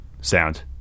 sound